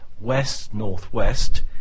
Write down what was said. west-northwest